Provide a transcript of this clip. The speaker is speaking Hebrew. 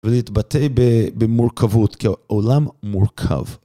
ולהתבטא במורכבות, כי העולם מורכב.